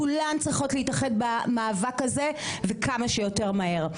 כולן צריכות להתאחד במאבק הזה וכמה שיותר מהר.